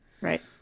right